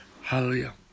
Hallelujah